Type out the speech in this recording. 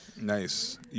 Nice